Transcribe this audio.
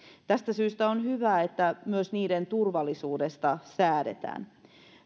tästä syystä on hyvä että myös niiden turvallisuudesta säädetään